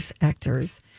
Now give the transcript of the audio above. actors